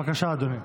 בבקשה, אדוני.